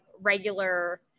regular –